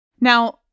Now